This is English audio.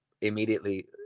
immediately